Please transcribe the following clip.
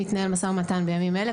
מתנהל משא ומתן בימים אלה,